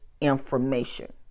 information